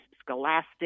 Scholastic